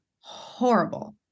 horrible